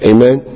Amen